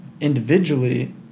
individually